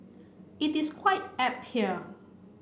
it is quite apt here